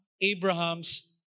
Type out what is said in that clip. Abraham's